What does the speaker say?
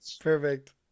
Perfect